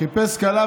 חיפש כלה